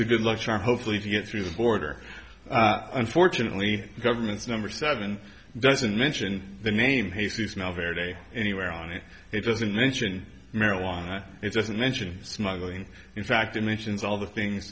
the good luck charm hopefully to get through the border unfortunately government's number seven doesn't mention the name he smell very day anywhere on it it doesn't mention marijuana it doesn't mention smuggling in fact it mentions all the things